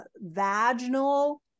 vaginal